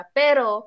pero